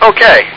Okay